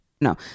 No